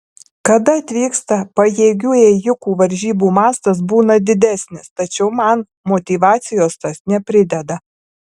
kada atvyksta pajėgių ėjikų varžybų mastas būna didesnis tačiau man motyvacijos tas neprideda